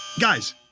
Guys